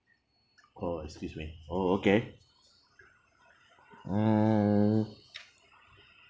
oh excuse me oh okay uh